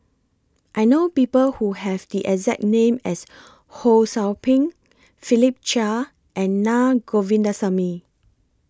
I know People Who Have The exact name as Ho SOU Ping Philip Chia and Naa Govindasamy